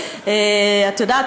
את יודעת,